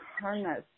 harness